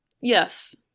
Yes